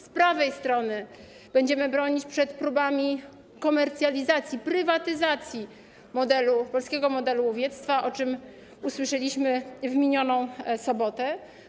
Z prawej strony będziemy bronić przed próbami komercjalizacji, prywatyzacji polskiego modelu łowiectwa, o czym usłyszeliśmy w minioną sobotę.